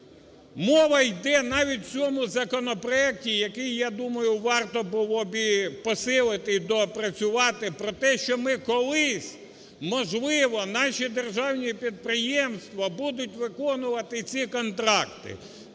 мова йде навіть в цьому законопроекті, який, я думаю, варто було б і посилити, і доопрацювати, про те, що ми колись, можливо, наші державні підприємства будуть виконувати ці контракти.